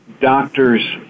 Doctors